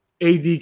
AD